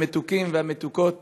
המתוקים והמתוקות